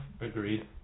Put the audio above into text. Agreed